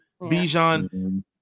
Bijan